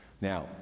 Now